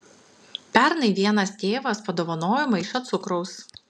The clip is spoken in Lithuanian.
pernai vienas tėvas padovanojo maišą cukraus